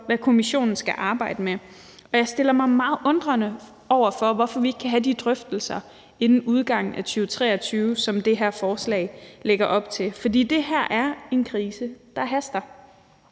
hvad kommissionen skal arbejde med. Og jeg stiller mig meget undrende over for, hvorfor vi ikke kan have de drøftelser inden udgangen af 2023, som det her forslag lægger op til. For det her er en krise, som det haster